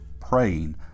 praying